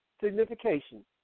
signification